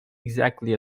exactly